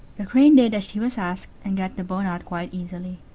the crane did as she was asked, and got the bone out quite easily.